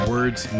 Words